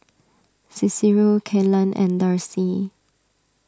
Cicero Kelan and Darcy